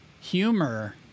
humor